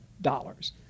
dollars